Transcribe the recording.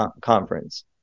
Conference